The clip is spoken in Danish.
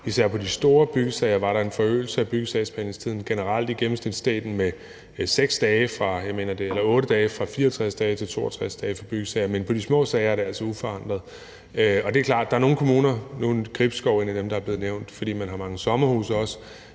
især på de store byggesager var der en forøgelse af byggesagsbehandlingstiden generelt; i gennemsnit steg den med 8 dage fra 64 dage til 72 dage for byggesager. Men for de små byggesager er det altså uforandret. Det er klart, at der er nogle kommuner – og nu er Gribskov Kommune en af dem, der er blevet nævnt, fordi der også er mange sommerhuse – som